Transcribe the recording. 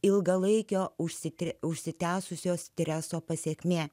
ilgalaikio užsi užsitęsusio streso pasekmė